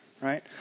right